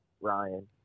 Ryan